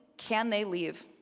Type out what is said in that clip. can they leave?